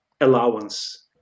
allowance